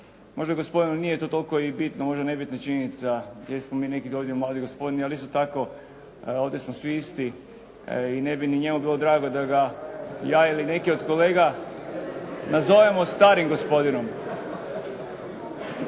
možda gospodinu nije to toliko bitno, možda nebitna činjenica jesmo mi neki mali gospodin, ali isto tako ovdje smo svi isti i ne bi ni njemu bilo draga da ga ja ili neki od kolega nazovemo starim gospodinom.